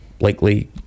likely